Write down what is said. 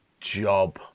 job